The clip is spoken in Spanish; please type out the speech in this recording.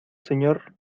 señor